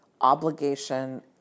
obligation